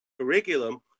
curriculum